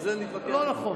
לא נכון.